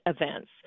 events